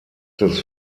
des